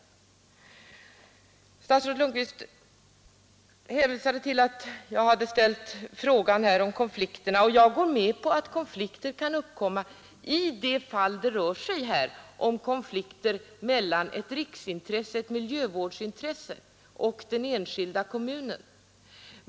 Statsrådet Lundkvist hänvisade till att jag hade ställt frågan om konflikterna. Jag går med på att konflikter kan uppkomma då det rör sig om ett riksintresse — i detta fall ett miljövårdsintresse — och ett intresse för den enskilda kommunen.